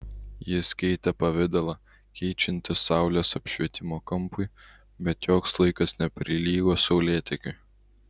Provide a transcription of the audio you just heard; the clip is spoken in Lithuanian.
jis keitė pavidalą keičiantis saulės apšvietimo kampui bet joks laikas neprilygo saulėtekiui